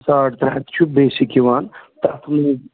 ساڑ ترٛےٚ ہَتھ چھُ بیٚسِک یِوان